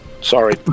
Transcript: Sorry